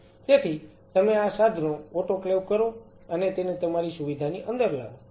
તેથી તમે આ સાધનો ઓટોક્લેવ કરો અને તેને તમારી સુવિધાની અંદર લાવો